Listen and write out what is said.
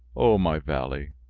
o my valley!